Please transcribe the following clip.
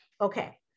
Okay